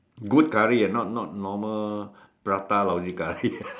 good curry ah not normal prata lousy curry